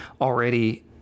already